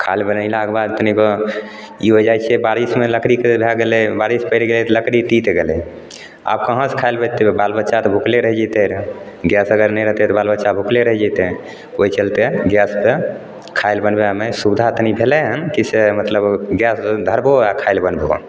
खाइले बनेलाके बाद तनिगो ई होइ जाइ छै बारिशमे लकड़ीके भै गेलै बारिश पड़ि गेलै तऽ लकड़ी तीत गेलै आब कहाँसे खाइले भेटतै बाल बच्चा तऽ भुखले रहि जएतै रहै गैस अगर नहि रहतै रहै तऽ बाल बच्चा भुखले रहि जएतै ओहि चलिते गैससे खाइले बनबैमे सुविधा तनि भेलै हँ कि से मतलब गैस धरबऽ आओर खाइले बनबऽ